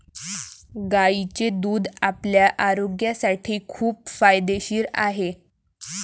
गायीचे दूध आपल्या आरोग्यासाठी खूप फायदेशीर आहे